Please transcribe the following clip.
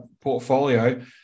portfolio